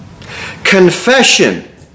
Confession